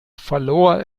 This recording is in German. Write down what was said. verlor